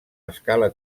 escala